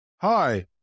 Hi